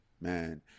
man